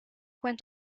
went